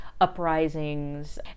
uprisings